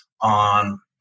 on